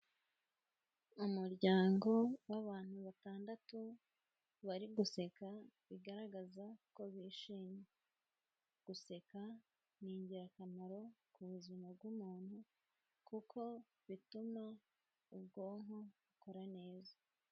Umuryango w'abantu batandatu bari guseka bigaragaza ko bishimye, guseka ni ingirakamaro ku buzima bw'umuntu kuko bituma ubwonko bukora neza.